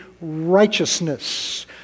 righteousness